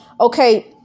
Okay